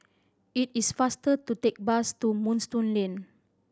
it is faster to take bus to Moonstone Lane